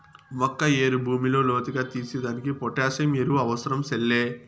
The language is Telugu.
మొక్క ఏరు భూమిలో లోతుగా తీసేదానికి పొటాసియం ఎరువు అవసరం సెల్లే